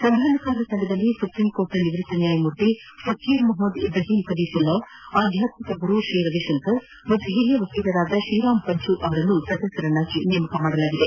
ಸಂಧಾನಕಾರರ ತಂಡದಲ್ಲಿ ಸುಪ್ರೀಂ ಕೋರ್ಟ್ನ ನಿವೃತ್ತ ನ್ಹಾಯಮೂರ್ತಿ ಫಕೀರ್ ಮೊಹಮ್ಗದ್ ಇಬ್ರಾಹಿಂ ಕಲೀಫುಲ್ಲಾ ಆಧ್ವಾತ್ಸಿಕ ಗುರು ತ್ರೀ ರವಿಶಂಕರ್ ಮತ್ತು ಹಿರಿಯ ವಕೀಲರಾದ ತ್ರೀರಾಮ್ ಪಂಚು ಅವರನ್ನು ಸದಸ್ಲರನ್ನಾಗಿ ನೇಮಕ ಮಾಡಲಾಗಿತ್ತು